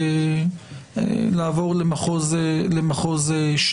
אני מבקש לעבור למחוז ש"י.